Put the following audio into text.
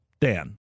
Dan